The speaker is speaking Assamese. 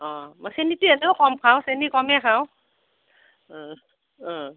অঁ মই চেনিটো এনেও কমে খাওঁ চেনি কমেই খাওঁ